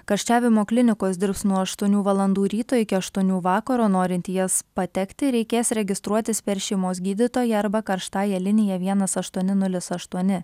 karščiavimo klinikos dirbs nuo aštuonių valandų ryto iki aštuonių vakaro norint į jas patekti reikės registruotis per šeimos gydytoją arba karštąja linija vienas aštuoni nulis aštuoni